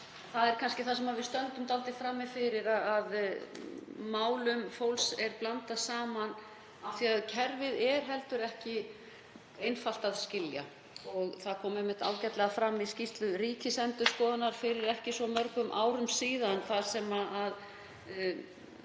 sammála honum í því að við stöndum svolítið frammi fyrir því að málum fólks er blandað saman af því að kerfið er heldur ekki einfalt að skilja. Það kom ágætlega fram í skýrslu Ríkisendurskoðunar fyrir ekki svo mörgum árum síðan þar sem var